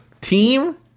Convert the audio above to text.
team